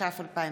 התש"ף 2019,